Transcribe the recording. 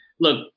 look